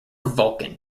vulkan